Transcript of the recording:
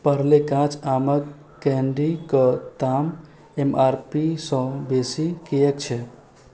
पार्ले काँच आमक कैंडी कऽ दाम एमआरपीसँ बेसी किए छै